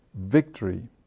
victory